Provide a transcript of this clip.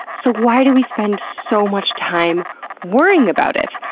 so, why do we spend so much time worrying about it?